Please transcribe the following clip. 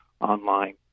online